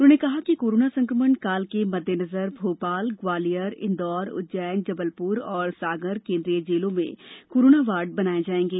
उन्होंने कहा कि कोरोना संकमण काल के मद्देनजर भोपाल ग्वालियर इंदौर उज्जैन जबलपुर और सागर केन्द्रीय जेलों में कोरोना वार्ड बनाए जायेंगे